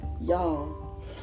y'all